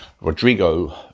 Rodrigo